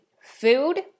Food